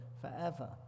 forever